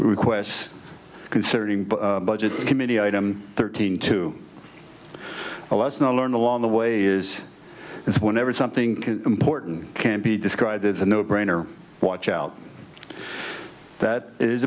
requests concerning budget committee item thirteen two a lesson i learned along the way is this whenever something important can be described as a no brainer watch out that is